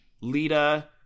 Lita